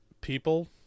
people